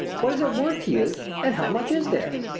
what is it worth to you, and how much is there?